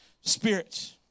spirits